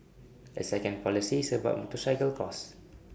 A second policy is about motorcycle costs